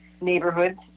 neighborhoods